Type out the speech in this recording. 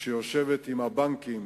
שיושבת עם הבנקים,